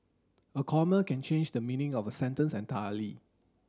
a comma can change the meaning of a sentence entirely